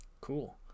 cool